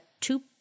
two